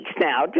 now